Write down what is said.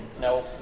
No